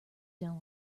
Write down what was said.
done